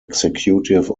executive